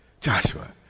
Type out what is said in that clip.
Joshua